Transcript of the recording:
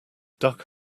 duck